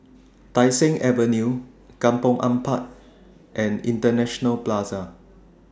Tai Seng Avenue Kampong Ampat and International Plaza